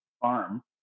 farm